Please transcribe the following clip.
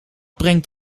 brengt